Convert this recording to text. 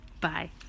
Bye